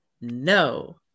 no